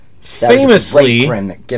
famously